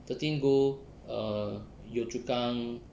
thirteen go err yio chu kang